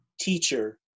teacher